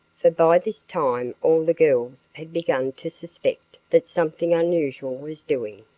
for by this time all the girls had begun to suspect that something unusual was doing.